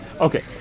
okay